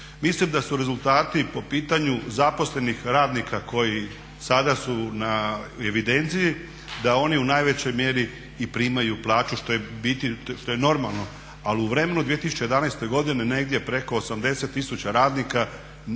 Mislim da su rezultati po pitanju zaposlenih radnika koji sada su na evidenciji, da oni u najvećoj mjeri i primaju plaću što je u biti, što je normalno, ali u vremenu 2011. godine negdje preko 80000 radnika